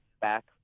back